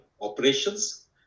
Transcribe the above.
operations